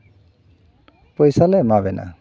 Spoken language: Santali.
ᱯᱚᱭᱥᱟ ᱞᱮ ᱮᱢᱟ ᱵᱮᱱᱟ